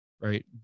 right